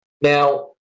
Now